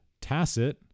tacit